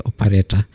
operator